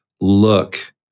look